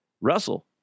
Russell